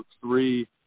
three